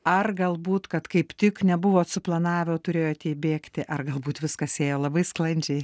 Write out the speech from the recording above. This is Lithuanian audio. ar galbūt kad kaip tik nebuvot suplanavę turėjote įbėgti ar galbūt viskas ėjo labai sklandžiai